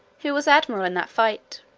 who was admiral in that fight.